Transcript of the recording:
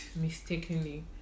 mistakenly